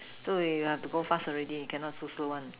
so we have to go fast already cannot so slow one